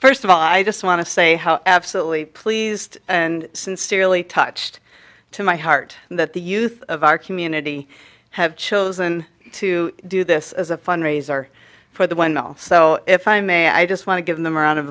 first of all i just want to say how absolutely pleased and sincerely touched to my heart that the youth of our community have chosen to do this as a fundraiser for the one oh so if i may i just want to give them round